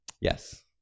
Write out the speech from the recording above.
Yes